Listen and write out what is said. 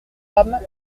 âme